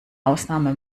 ausnahme